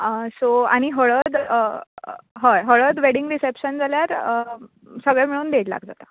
so आनी हळद हय हळद वेडींग रिशेपशन जाल्यार सगळे मेळून देड लाख जातले